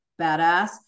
badass